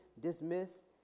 dismissed